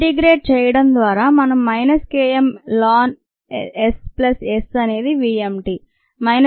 integrate చేయడం ద్వారా మనం minus K m ln S plus S అనేది v m t